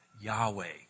Yahweh